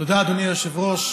תודה, אדוני היושב-ראש.